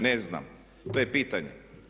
Ne znam, to je pitanje.